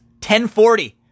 1040